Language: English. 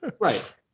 right